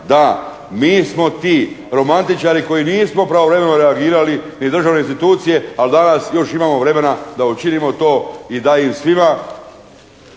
da mi smo ti romantičari koji nismo pravovremeno reagirali ni dražvne institucije, ali danas još imamo vremena da učinimo to i da im svima